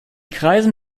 kreisen